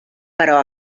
però